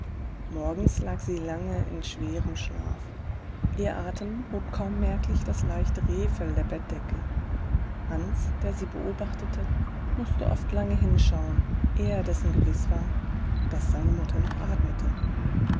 morgens lag sie lange in schwerem schlaf ihr atem hob kaum merklich das leichte rehfell der bettdecke hans der sie beobachtete mußte oft lange hinschauen ehe er dessen gewiß war daß seine mutter noch atmete